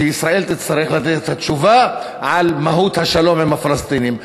שישראל תצטרך לתת את התשובה על מהות השלום עם הפלסטינים.